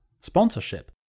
sponsorship